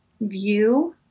view